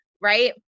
right